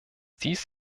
dies